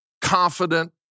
confident